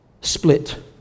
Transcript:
split